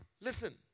Listen